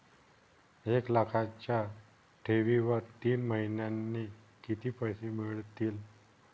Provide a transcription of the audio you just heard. एक लाखाच्या ठेवीवर तीन महिन्यांनी किती पैसे मिळतील?